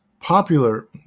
popular